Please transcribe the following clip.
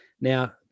Now